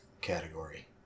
category